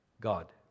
God